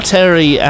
Terry